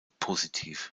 positiv